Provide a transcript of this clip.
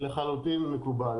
לחלוטין מקובל.